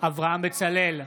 אברהם בצלאל,